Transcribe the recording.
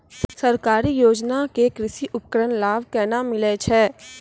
सरकारी योजना के कृषि उपकरण लाभ केना मिलै छै?